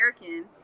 American